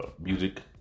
music